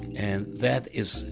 and that is,